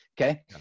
okay